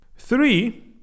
three